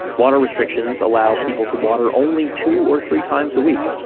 water restrictions allow people to water only two or three times a week.